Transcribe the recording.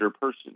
person